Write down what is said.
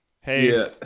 hey